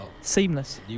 Seamless